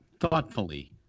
thoughtfully